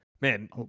man